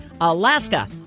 Alaska